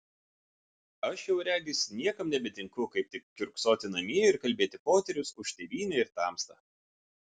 aš jau regis niekam nebetinku kaip tik kiurksoti namie ir kalbėti poterius už tėvynę ir tamstą